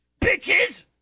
bitches